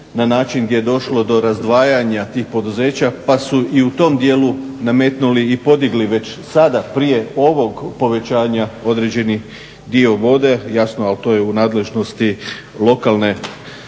na način gdje je došlo do razdvajanja tih poduzeća, pa su i u tom dijelu nametnuli i podigli već sada prije ovog povećanja određeni dio vode. Jasno, ali to je u nadležnosti lokalne